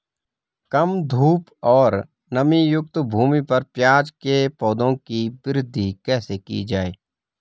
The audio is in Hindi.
कम धूप और नमीयुक्त भूमि पर प्याज़ के पौधों की वृद्धि कैसे की जाए?